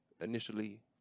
initially